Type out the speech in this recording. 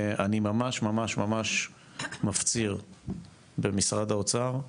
אני ממש ממש ממש מפציר במשרד האוצר,